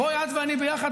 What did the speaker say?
בואי נלך את ואני ביחד,